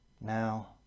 now